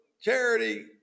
charity